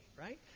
right